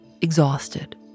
exhausted